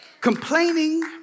Complaining